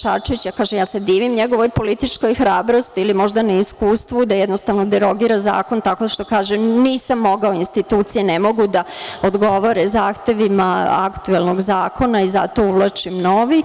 Šarčević, ja se divim njegovoj političkoj hrabrosti ili možda neiskustvu, da jednostavno derogira zakon tako što kaže – nisam mogao, institucije ne mogu da odgovore zahtevima aktuelnog zakona i zato uvlačim novi.